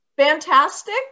fantastic